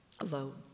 alone